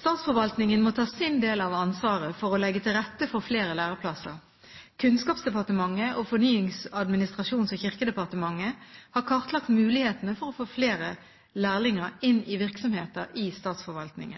Statsforvaltningen må ta sin del av ansvaret for å legge til rette for flere læreplasser. Kunnskapsdepartementet og Fornyings-, administrasjons- og kirkedepartementet har kartlagt mulighetene for å få flere lærlinger inn i